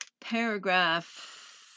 Paragraph